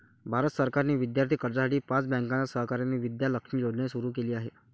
भारत सरकारने विद्यार्थी कर्जासाठी पाच बँकांच्या सहकार्याने विद्या लक्ष्मी योजनाही सुरू केली आहे